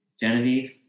Genevieve